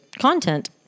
content